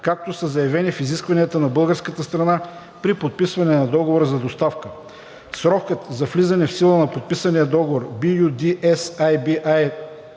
както са заявени в изискванията на българската страна при подписване на договора за доставка. Срокът за влизане в сила на подписания договор BU-D-SAB